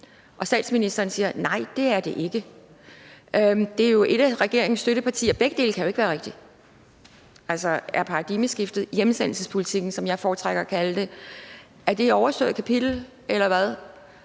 og statsministeren siger: Nej, det er det ikke. Det er et af regeringens støttepartier, og begge dele kan jo ikke være rigtigt. Altså, er paradigmeskiftet – hjemsendelsespolitikken, som jeg foretrækker at kalde det – et overstået kapitel, eller hvad?